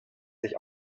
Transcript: sich